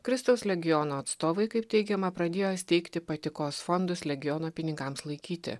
kristaus legiono atstovai kaip teigiama pradėjo steigti patikos fondus legiono pinigams laikyti